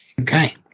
Okay